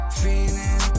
feeling